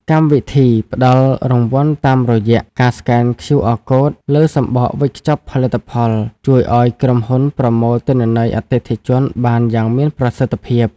កម្មវិធីផ្តល់រង្វាន់តាមរយៈការស្កែន QR Code លើសំបកវេចខ្ចប់ផលិតផល ជួយឱ្យក្រុមហ៊ុនប្រមូលទិន្នន័យអតិថិជនបានយ៉ាងមានប្រសិទ្ធភាព។